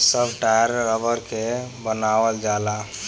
सब टायर रबड़ के बनावल जाला